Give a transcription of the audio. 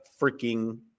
freaking